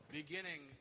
beginning